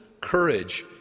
courage